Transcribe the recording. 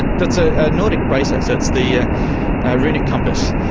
that's a nordic bracelet, so it's the ah ah runic compass.